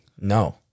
No